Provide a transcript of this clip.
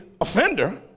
offender